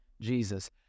Jesus